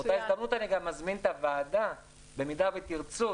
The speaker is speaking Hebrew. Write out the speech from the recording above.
באותה הזדמנות אני גם מזמין את הוועדה במידה ותרצו,